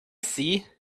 see